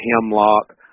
hemlock